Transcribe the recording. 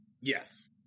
yes